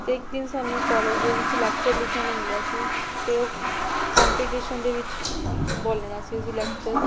ਅਤੇ ਇੱਕ ਦਿਨ ਸਾਨੂੰ ਕਾਲਜ ਦੇ ਵਿੱਚ ਲੈਕਟਰ ਲਿਖਣ ਨੂੰ ਮਿਲਿਆ ਸੀ ਅਤੇ ਉਹ ਕੰਪੀਟੀਸ਼ਨ ਦੇ ਵਿੱਚ ਬੋਲਣਾ ਸੀ ਅਸੀਂ ਲੈਕਚਰ